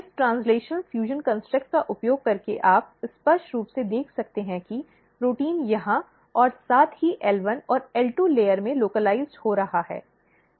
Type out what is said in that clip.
इस translation fusion construct का उपयोग करके आप स्पष्ट रूप से देख सकते हैं कि प्रोटीन यहाँ और साथ ही एल 1 और एल 2 लेयर में स्थानीयकृत हो रहा है